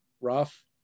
rough